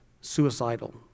suicidal